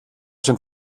schon